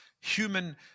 human